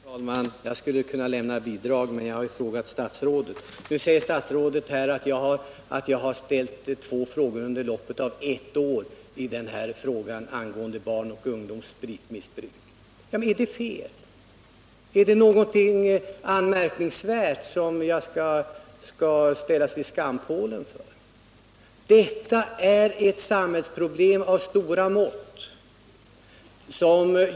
Herr talman! Jag skulle kunna lämna bidrag till en sådan debatt som statsrådet efterlyser, men det är ju jag som har frågat statsrådet. Nu säger statsrådet att jag under loppet av ett år har ställt två frågor om barns och ungdoms spritmissbruk. Är det fel? Är det någonting som jag bör ställas vid skampålen för? Detta är ett samhällsproblem av stora mått.